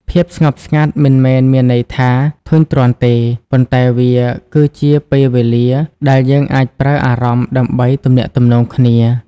ភាពស្ងប់ស្ងាត់មិនមែនមានន័យថាធុញទ្រាន់ទេ ប៉ុន្តែវាគឺជាពេលវេលាដែលយើងអាចប្រើអារម្មណ៍ដើម្បីទំនាក់ទំនងគ្នា។